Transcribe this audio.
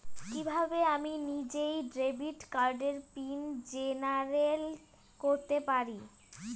কিভাবে আমি নিজেই ডেবিট কার্ডের পিন জেনারেট করতে পারি?